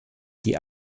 die